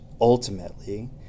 ultimately